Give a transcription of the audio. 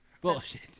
Bullshit